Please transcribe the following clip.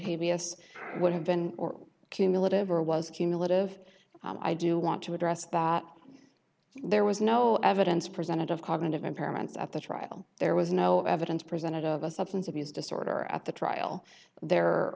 s would have been or cumulative or was cumulative i do want to address that there was no evidence presented of cognitive impairments at the trial there was no evidence presented of a substance abuse disorder at the trial there